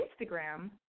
Instagram